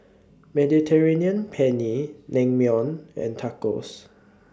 Mediterranean Penne Naengmyeon and Tacos